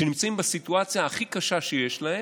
שנמצאים בסיטואציה הכי קשה שיש להם,